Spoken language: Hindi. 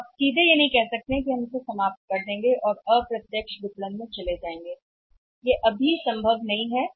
इसलिए आप सीधे यह नहीं कह सकते कि हम इसे समाप्त कर देंगे और अप्रत्यक्ष विपणन में चले जाएंगे वह भी संभव नहीं है